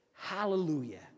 Hallelujah